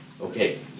Okay